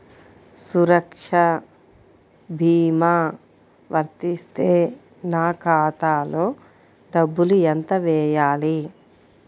సురక్ష భీమా వర్తిస్తే నా ఖాతాలో డబ్బులు ఎంత వేయాలి?